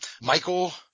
Michael